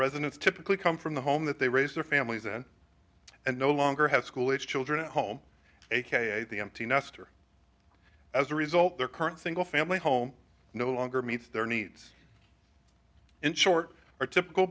residence typically come from the home that they raise their families in and no longer have school age children at home aka the empty nester as a result their current single family home no longer meets their needs in short or typical